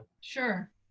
Sure